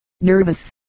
nervous